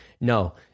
No